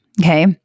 Okay